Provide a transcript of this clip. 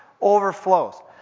overflows